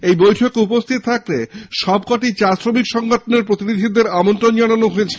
এই বৈঠকে উপস্থিত থাকতে সবকটি চা শ্রমিক সংগঠনের প্রতিনিধিদের আমন্ত্রণ জানানো হয়েছে